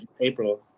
April